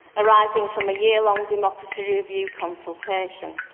arising from a year-long democracy review consultation.